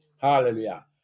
Hallelujah